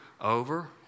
over